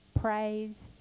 praise